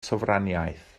sofraniaeth